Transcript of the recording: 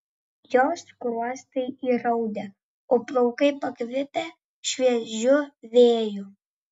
jos skruostai įraudę o plaukai pakvipę šviežiu vėju